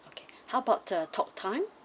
okay how about the talk time